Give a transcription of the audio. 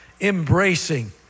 embracing